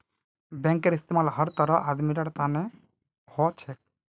बैंकेर इस्तमाल हर तरहर आदमीर तने हो छेक